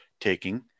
taking